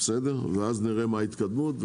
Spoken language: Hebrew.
ואז נראה מה ההתקדמות.